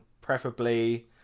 preferably